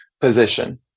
position